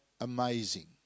amazing